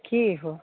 की हो